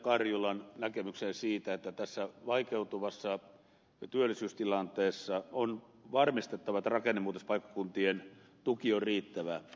karjulan näkemykseen siitä että tässä vaikeutuvassa työllisyystilanteessa on varmistettava että rakennemuutospaikkakuntien tuki on riittävä